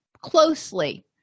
closely